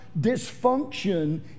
dysfunction